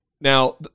Now